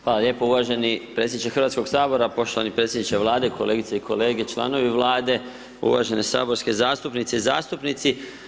Hvala lijepo uvaženi predsjedniče HS-a, poštovani predsjedniče Vlade, kolegice i kolege, članovi Vlade, uvažene saborske zastupnice i zastupnici.